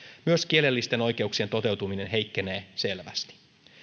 myös kielellisten oikeuksien toteutuminen heikkenee selvästi